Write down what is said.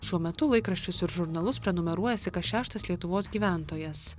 šiuo metu laikraščius ir žurnalus prenumeruojasi kas šeštas lietuvos gyventojas